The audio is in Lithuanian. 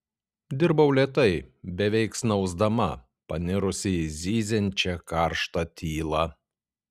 dirbau lėtai beveik snausdama panirusi į zyziančią karštą tylą